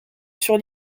sur